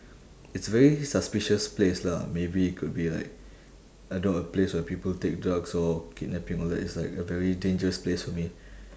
it's a very suspicious place lah maybe it could be like I don't know a place where people take drugs or kidnapping all that it's like a very dangerous place for me